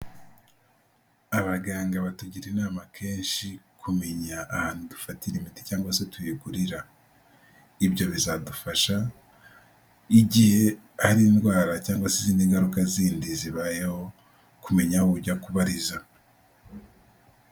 Abaganga batugira inama kenshi kumenya ahantu dufatira imiti cyangwa se tuyigurira, ibyo bizadufasha igihe hari indwara cyangwa izindi ngaruka zindi zibayeho, kumenya aho ujya kubariza.